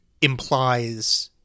implies